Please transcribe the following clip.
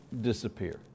disappear